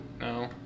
No